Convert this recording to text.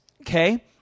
okay